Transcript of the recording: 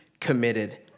committed